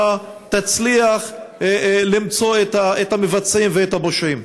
תצליח למצוא את המבצעים ואת הפושעים.